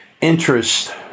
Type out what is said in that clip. interest